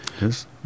Yes